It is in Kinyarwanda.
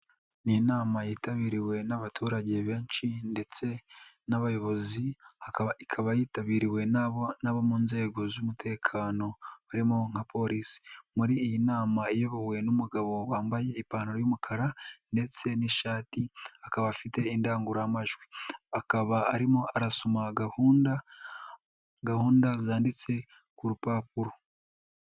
Ni inama yitabiriwe n'abaturage benshi ndetse n'abayobozi ikaba yitabiriwe nabo n'abo mu nzego z'umutekano harimo nka Polisi, muri iyi nama iyobowe n'umugabo wambaye ipantaro y'umukara ndetse n'ishati akaba afite indangururamajwi akaba arimo arasoma gahunda, gahunda zanditse ku rupapuro.